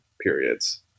periods